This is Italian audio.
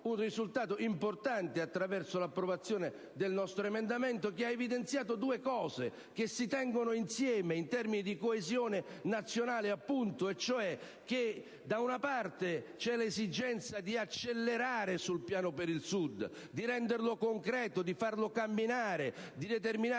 un risultato importante attraverso l'approvazione del nostro emendamento, che ha evidenziato due elementi, che si tengono insieme in termini di coesione nazionale. Da una parte, l'esigenza di accelerare il piano per il Sud, di renderlo concreto, di farlo camminare, di determinare